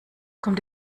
kommt